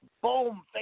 boom